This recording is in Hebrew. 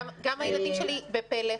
גם בפלך,